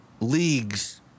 leagues